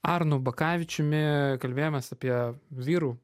arnu bakavičiumi kalbėjomės apie vyrų